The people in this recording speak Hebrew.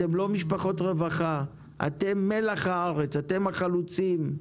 אתם לא משפחות רווחה, אתם מלח הארץ, אתם החלוצים,